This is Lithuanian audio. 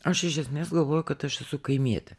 aš iš esmės galvoju kad aš esu kaimietė